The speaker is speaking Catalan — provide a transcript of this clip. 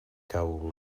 cau